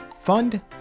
fund